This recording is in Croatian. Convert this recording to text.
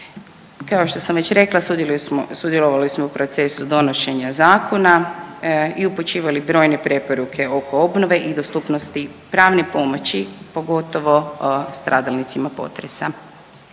Kao što sam već rekla, sudjelovali smo u procesu donošenja zakona i upućivali brojne preporuke oko obnove i dostupnosti pravne pomoći, pogotovo stradalnicima potresa.